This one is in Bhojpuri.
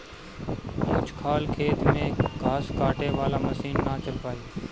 ऊंच खाल खेत में घास काटे वाला मशीन ना चल पाई